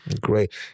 Great